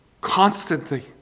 Constantly